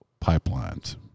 pipelines